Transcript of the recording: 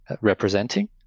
representing